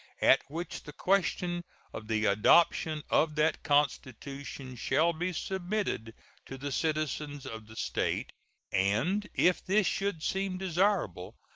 at which the question of the adoption of that constitution shall be submitted to the citizens of the state and if this should seem desirable,